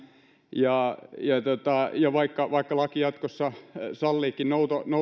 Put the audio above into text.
ja vaikka vaikka laki jatkossa salliikin